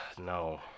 No